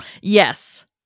Yes